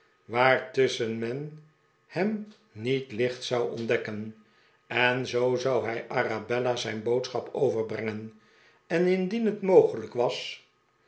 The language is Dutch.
waartussehen men hem niet licht zou ontdekken en zoo zou hij arabella zijn boodschap overbrengen en indien het mogelijk was